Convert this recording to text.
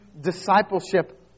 discipleship